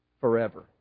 forever